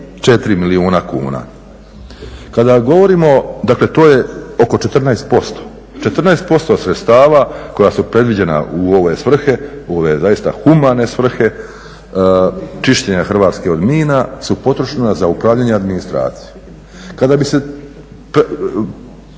34 milijuna kuna. Kada govorimo, dakle to je oko 14%. 14% sredstava koja su predviđena u ove svrhe, ove zaista humane svrhe čišćenja Hrvatske od mina su potrošena za upravljanje administracije. Kada bi se